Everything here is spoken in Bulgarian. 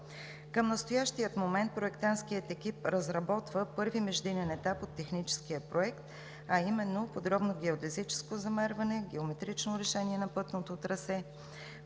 Към настоящия момент проектантският екип разработва първия междинен етап от Техническия проект, а именно: подробно геодезическо замерване, геометрично решение на пътното трасе,